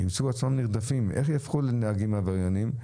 ומצאו עצמם נרדפים ואף יהפכו לנהגים עבריינים.